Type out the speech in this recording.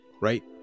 right